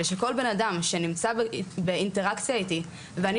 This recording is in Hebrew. ושכל בן אדם שנמצא באינטראקציה איתי ואני